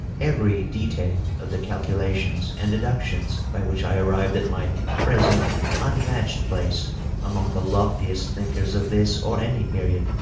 every detail of the calculations and deductions by which i arrived at my present unmatched place among the loftiest thinkers of this or any period.